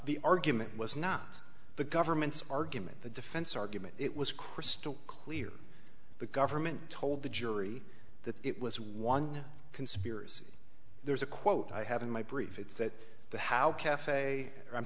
the argument was not the government's argument the defense argument it was crystal clear the government told the jury that it was one conspiracy there's a quote i have in my brief it's that the how cafe i'm